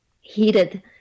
heated